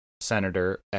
Senator